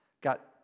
got